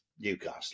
Newcastle